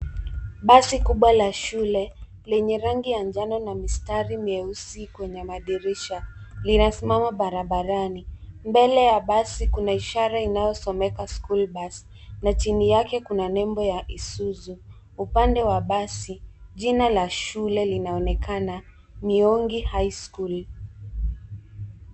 Basi kubwa la shule lenye rangi ya njano na mistari mieusi kwenye madirisha lina simama barabarani. Mbele ya basi kuna ishara inayosomeka[cs ] school bus[cs ] na chini yake kuna nembo ya Isuzu. Upande wa basi jina la shule linaonekana Miungi high school[cs ].